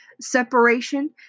separation